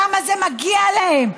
למה זה מגיע להם?